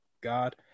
god